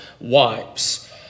wives